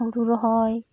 ᱦᱩᱲᱩ ᱨᱚᱦᱚᱭ